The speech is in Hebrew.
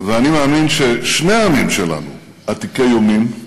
ואני מאמין ששני העמים שלנו עתיקי יומין,